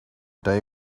day